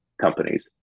companies